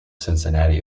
cincinnati